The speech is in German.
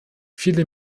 viele